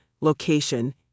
location